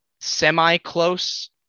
semi-close